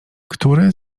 który